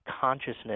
consciousness